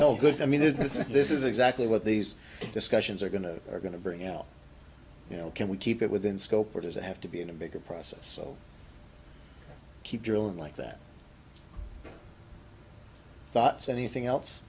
no good i mean there's no this is exactly what these discussions are going to are going to bring out you know can we keep it within scope or does it have to be in a bigger process so keep drilling like that thought's anything else